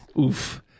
oof